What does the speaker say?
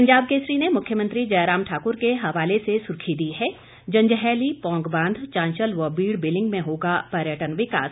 पंजाब केसरी ने मुख्यमंत्री के हवाले से सुर्खी दी है जंजैहली पौंग बांध चांशल व बीड़ बिलिंग में होगा पर्यटन विकास